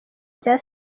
cya